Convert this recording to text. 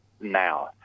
now